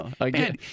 again